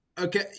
Okay